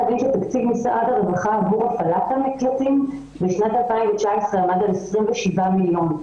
תקציב הרווחה עבור הפעלת המקלטים בשנת 2019 עמד על 27 מיליון.